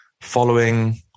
following